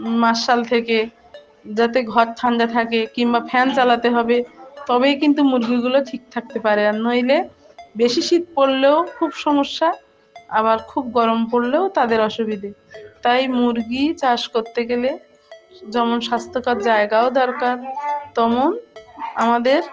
মারশাল থেকে যাতে ঘর ঠান্ডা থাকে কিংবা ফ্যান চালাতে হবে তবেই কিন্তু মুরগিগুলো ঠিক থাকতে পারে আর নইলে বেশি শীত পড়লেও খুব সমস্যা আবার খুব গরম পড়লেও তাদের অসুবিধে তাই মুরগি চাষ করতে গেলে যেমন স্বাস্থ্যকর জায়গাও দরকার তমন আমাদের